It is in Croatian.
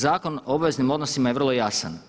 Zakon o obveznim odnosima je vrlo jasan.